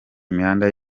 imihanda